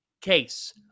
case